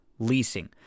Leasing